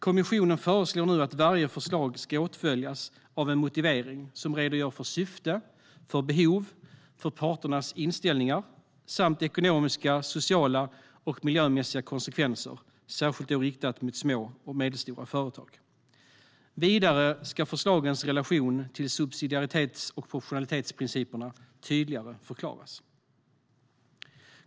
Kommissionen föreslår nu att varje förslag ska åtföljas av en motivering som redogör för syfte, behov och parternas inställningar samt för ekonomiska, sociala och miljömässiga konsekvenser, särskilt för små och medelstora företag. Vidare ska förslagens relation till subsidiaritets och proportionalitetsprinciperna tydligare förklaras.